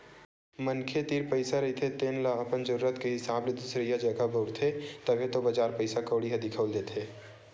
मनखे तीर पइसा रहिथे तेन ल अपन जरुरत के हिसाब ले दुसरइया जघा बउरथे, तभे तो बजार पइसा कउड़ी ह दिखउल देथे